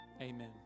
Amen